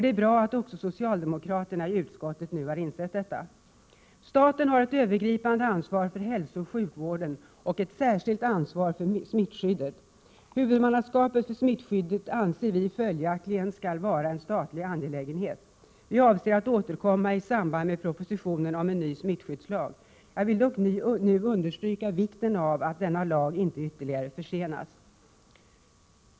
Det är bra att också socialdemokraterna i utskottet nu har insett detta. Staten har ett övergripande ansvar för hälsooch sjukvården och ett särskilt ansvar för smittskyddet. Huvudmannaskapet för smittskyddet anser vi följaktligen skall vara en statlig angelägenhet. Vi avser att återkomma i samband med propositionen om en ny smittskyddslag. Jag vill dock nu understryka vikten av att denna lag inte ytterligare försenas.